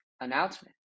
announcement